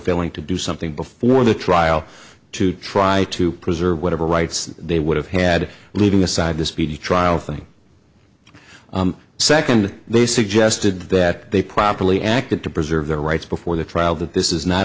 failing to do something before the trial to try to preserve whatever rights they would have had leaving aside the speedy trial thing second they suggested that they properly acted to preserve their rights before the trial that this is not